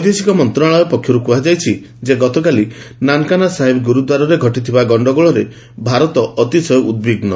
ବୈଦେଶିକ ମନ୍ତ୍ରଣାଳୟ ପକ୍ଷରୁ କୁହାଯାଇଛି ଯେ ଗତକାଲି ନାନକାନା ସାହେବ ଗୁରୁଦ୍ୱାରାରେ ଘଟିଥିବା ଗଣ୍ଡଗୋଳରେ ଭାରତ ଅତିଶୟ ଉଦ୍ବିଗ୍ନ